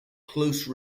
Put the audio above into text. close